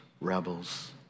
rebels